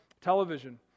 television